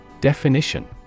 Definition